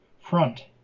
front